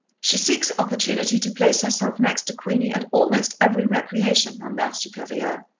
she seeks opportunity to place herself next to queenie at almost every recreation, ma mere superieure.